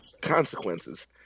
consequences